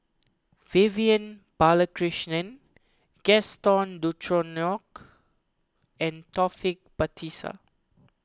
Vivian Balakrishnan Gaston Dutronquoy and Taufik Batisah